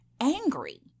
angry